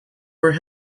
for